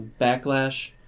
backlash